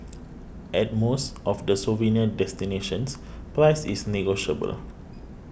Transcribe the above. at most of the souvenir destinations price is negotiable